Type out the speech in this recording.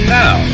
now